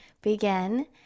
begin